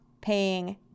paying